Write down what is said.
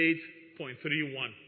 8.31